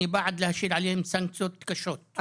אני בעד להשית עליהם סנקציות קשות לא עיכוב יציאה מן הארץ.